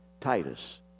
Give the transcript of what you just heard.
Titus